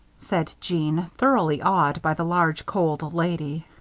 said jeanne, thoroughly awed by the large, cold lady.